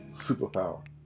superpower